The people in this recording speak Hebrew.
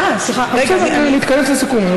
אה, סליחה, להתכנס לסיכום.